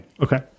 Okay